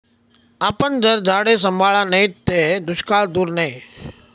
आपन जर झाडे सांभाळा नैत ते दुष्काळ दूर नै